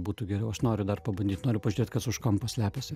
būtų geriau aš noriu dar pabandyt noriu pažiūrėt kas už kampo slepiasi